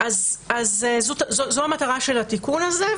זו המטרה של התיקון הזה,